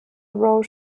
row